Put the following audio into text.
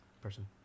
person